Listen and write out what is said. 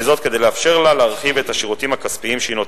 וזאת כדי לאפשר לה להרחיב את השירותים הכספיים שהיא נותנת.